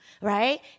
right